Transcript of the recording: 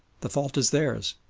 the fault is theirs,